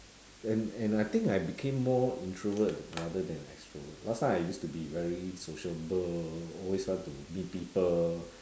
and and I think I became more introvert rather than extrovert last time I used to be very sociable always want to meet people